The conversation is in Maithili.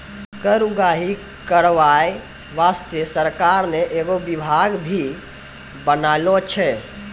कर उगाही करबाय बासतें सरकार ने एगो बिभाग भी बनालो छै